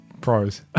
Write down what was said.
Pros